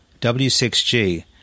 W6G